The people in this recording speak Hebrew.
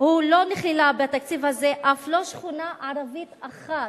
התקציב הזה לא מכיל אף לא שכונה ערבית אחת.